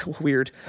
Weird